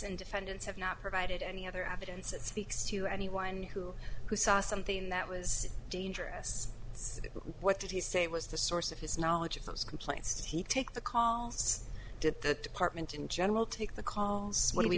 and defendants have not provided any other evidence that speaks to anyone who who saw something that was dangerous is what did he say was the source of his knowledge of those complaints he take the calls did that apartment in general take the calls what do we